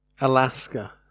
Alaska